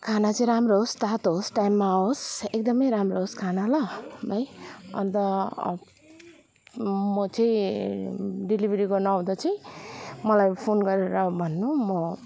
खाना चाहिँ राम्रो होस् तातो होस् टाइममा आवोस् एकदम राम्रो होस् खाना ल है अन्त म चाहिँ डेलिभरी गर्न आउँदा चाहिँ मलाई फोन गरेर भन्नु म